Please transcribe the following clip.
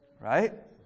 right